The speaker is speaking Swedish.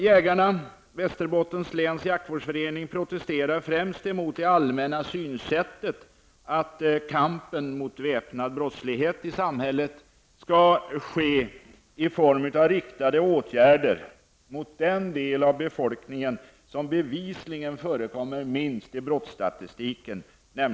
- Jägarna, Västerbottens läns Jakvårdsförening, protesterar främst emot det allmänna synsättet att kampen mot väpnad brottslighet i samhället ska ske i form av riktade åtgärder mot den del av befolkning som bevisligen förekommer minst i brottsstatistiken.''